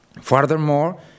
Furthermore